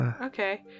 Okay